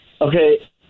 okay